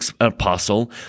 apostle